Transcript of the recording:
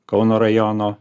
kauno rajono